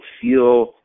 feel